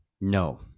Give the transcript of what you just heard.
no